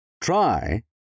Try